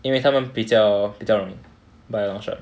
因为他们比较容易 by a long shot